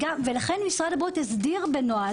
ולכן, משרד הבריאות הסדיר בנוהל